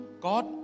God